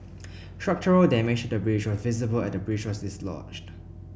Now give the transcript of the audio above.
structural damage the bridge was visible as the bridge was dislodged